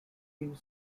give